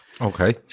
Okay